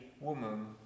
woman